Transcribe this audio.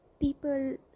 People